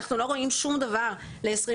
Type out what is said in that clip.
אנחנו לא רואים שום דבר ל-2023.